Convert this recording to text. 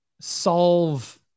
solve